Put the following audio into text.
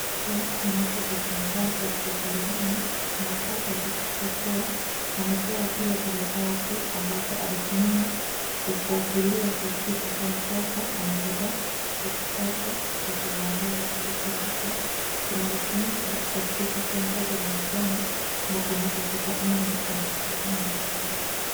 Mke anapojifungua hospitalini anafaa kuhakikisha kuwa amepewa kile karatasi ambacho atatumia kufuatilia kuhakikisha kuwa mtoto anapata cheti chake cha kuzaliwa ambacho ndicho kinaweza tumika kuhakikisa kuwa mtoto ni Mkenya mpaka anapoffika umri wa miaka kumi na minane.